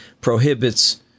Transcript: prohibits